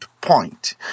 point